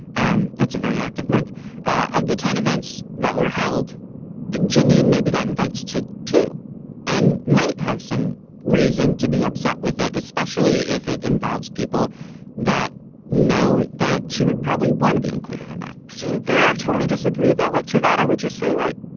um that's a very active month of the ten events that were held geneen maybe gotten e-vites to two and might have some reason to be upset with it, especially if it involves people that know that she would probably want to be included in that see there i totally disagree though. like to that i would just say like,